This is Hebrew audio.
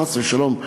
חס ושלום,